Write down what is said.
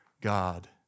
God